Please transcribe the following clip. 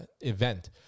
event